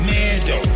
Mando